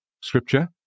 Scripture